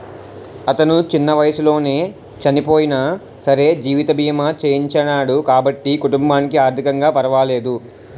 అతను చిన్న వయసులోనే చనియినా సరే జీవిత బీమా చేయించినాడు కాబట్టి కుటుంబానికి ఆర్ధికంగా పరవాలేదు